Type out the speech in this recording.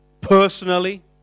personally